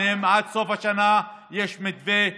עד סוף השנה יש מתווה,